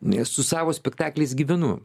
su savo spektakliais gyvenu